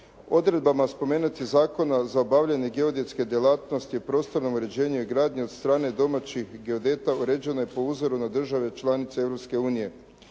Odredbama spomenutih zakona za obavljanje geodetske djelatnosti, prostorno uređenje i gradnju od strane domaćih geodeta uređeno je po uzoru na države članice